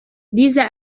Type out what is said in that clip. diese